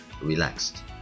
relaxed